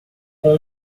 com